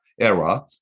era